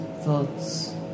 thoughts